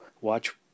watch